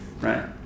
right